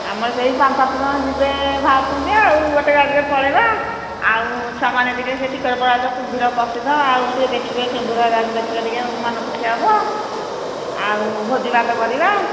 ଆମର ସେହି ପାଞ୍ଚ ସାତ ଜଣ ଯିବେ ବାହାରୁଛନ୍ତି ଆଉ ଗୋଟେ ଗାଡ଼ିରେ ପଳାଇବା ଆଉ ଛୁଆମାନେ ଟିକେ ସେ ଟିକଟପଡ଼ା ତ କୁମ୍ଭୀର ପ୍ରସିଦ୍ଧ ଆଉ ଟିକେ ଦେଖିବେ କୁମ୍ଭୀରାକୁ ଦେଖିବେ ଟିକେ ମନ ଖୁସି ହେବ ଆଉ ଭୋଜିଭାତ କରିବା